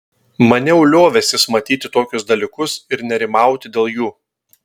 maniau liovęsis matyti tokius dalykus ir nerimauti dėl jų